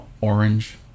Orange